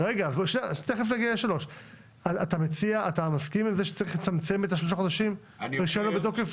אתה מסכים שצריך לצמצם את השלושה חודשים שהרישיון לא בתוקף?